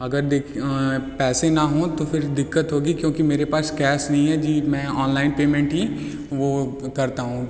अगर देख पैसे ना हों तो फिर दिक्कत होगी क्योंकि मेरे पास कैश नहीं है जी मैं ऑनलाइन पेमेंट ही वो करता हूँ